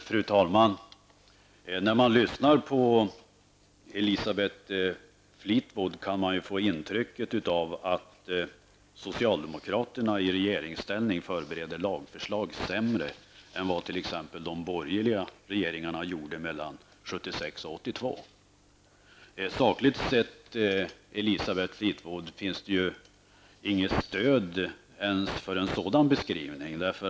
Fru talman! När man lyssnar på Elisabeth Fleetwood kan man få ett intryck av att socialdemokraterna i regeringsställning förbereder lagförslag sämre än vad t.ex. de borgerliga regeringarna gjorde mellan 1976 och 1982. Sakligt sett, Elisabeth Fleetwood, finns det inget som helst stöd för en sådan beskrivning.